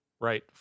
right